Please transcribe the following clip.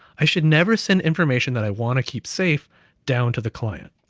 i should never send information that i want to keep safe down to the client.